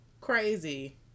crazy